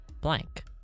blank